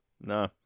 No